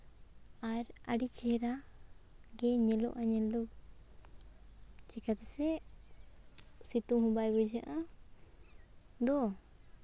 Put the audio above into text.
ᱟᱨ ᱟᱹᱰᱤ ᱪᱮᱦᱨᱟ ᱜᱮ ᱧᱮᱞᱚᱜᱼᱟ ᱧᱮᱞ ᱫᱚ ᱪᱤᱠᱟᱹᱛᱮᱥᱮ ᱥᱤᱛᱩᱝ ᱦᱚᱸ ᱵᱟᱭ ᱵᱩᱡᱷᱟᱹᱜᱼᱟ ᱫᱚ